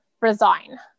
resign